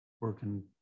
Working